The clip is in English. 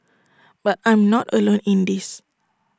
but I'm not alone in this